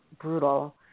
brutal –